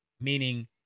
meaning